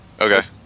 Okay